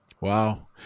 Wow